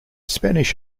spanish